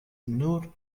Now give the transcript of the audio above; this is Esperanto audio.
nur